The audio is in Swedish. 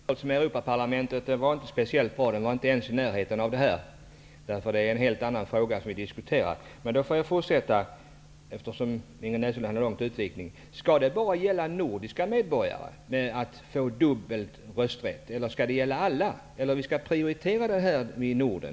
Herr talman! Jämförelsen med Europaparlamentet var inte speciellt bra. Den låg inte ens i närheten av denna fråga. Det är en helt annan fråga. Låt mig med tanke på Ingrid Näslunds långa utvikning fortsätta med ytterligare en fråga: Är det bara nordiska medborgare som skulle få dubbel rösträtt, eller skall det gälla för alla invandrare? Skulle vi alltså prioritera detta just här i Norden?